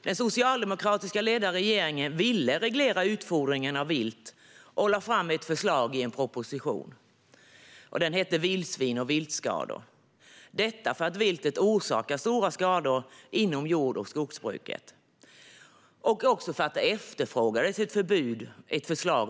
Den socialdemokratiskt ledda regeringen ville reglera utfodringen av vilt och lade fram ett förslag i propositionen Vildsvin och viltskador . Anledningen var att viltet orsakar stora skador inom jord och skogsbruket och att ett förslag om förbud efterfrågades.